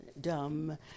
dumb